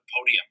podium